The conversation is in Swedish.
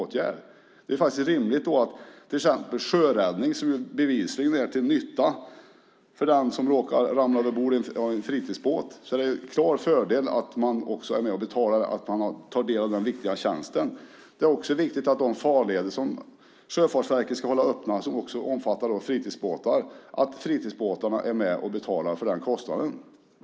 Vi anser att det är rimligt att till exempel sjöräddning, som bevisligen är till nytta för den som råkar ramla över bord från en fritidsbåt, betalas också av den som kan ta del av denna viktiga tjänst. Det är också viktigt att fritidsbåtarna är med och betalar kostnaderna för att Sjöfartsverket håller farleder öppna, vilket också omfattar fritidsbåtar.